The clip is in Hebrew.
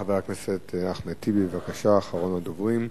חבר הכנסת אחמד טיבי, בבקשה, אחרון הדוברים,